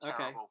Okay